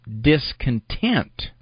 discontent